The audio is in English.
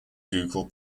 ducal